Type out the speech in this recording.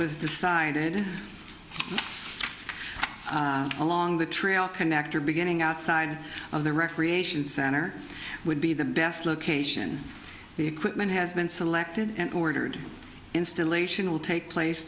was decided along the trail connector beginning outside of the recreation center would be the best location the equipment has been selected and ordered installation will take place